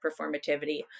performativity